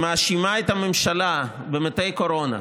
שמאשימה את הממשלה במתי קורונה,